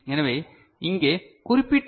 எனவே இங்கே குறிப்பிட்ட ஐ